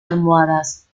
almohadas